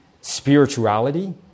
spirituality